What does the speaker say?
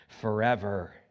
forever